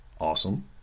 awesome